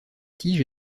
tige